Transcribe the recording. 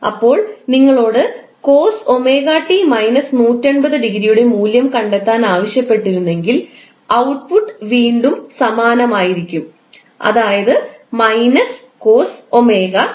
അപ്പോൾ നിങ്ങളോട് cos𝜔𝑡 − 180 യുടെ മൂല്യം കണ്ടെത്താൻ ആവശ്യപ്പെട്ടിരുന്നെങ്കിൽ ഔട്ട്പുട്ട് വീണ്ടും സമാനമായിരിക്കും അതായത്− cos 𝜔𝑡